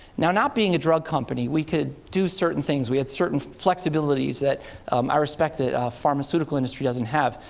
now, not being a drug company, we could do certain things, we had certain flexibilities, that um i respect that a pharmaceutical industry doesn't have.